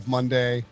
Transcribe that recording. Monday